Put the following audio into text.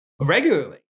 regularly